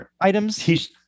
items